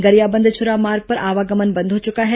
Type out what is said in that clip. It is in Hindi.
गरियाबंद छुरा मार्ग पर आवागमन बंद हो चुका है